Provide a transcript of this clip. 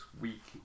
week